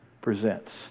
presents